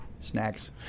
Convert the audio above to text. Snacks